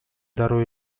дароо